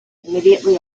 immediately